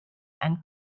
and